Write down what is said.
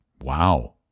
wow